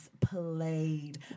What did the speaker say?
played